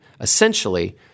essentially